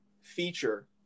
feature